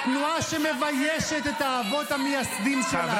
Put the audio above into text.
תנועה שמביישת את האבות המייסדים שלה ----- אתה גם משקר.